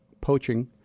Poaching